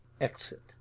Exit